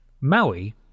Maui